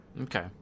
Okay